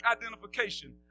identification